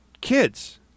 kids